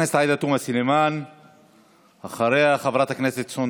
הוא לא רוצה שנדבר על כך שיש פחות מרבע ניצול של הסיוע לעסקים